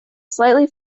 slightly